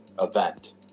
event